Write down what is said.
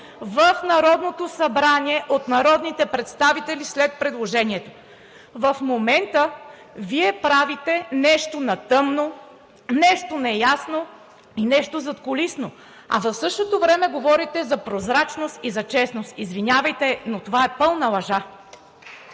в Народното събрание от народните представители – след предложението. В момента Вие правите нещо на тъмно, нещо неясно и нещо задкулисно, а в същото време говорите за прозрачност и за честност. Извинявайте, но това е пълна лъжа.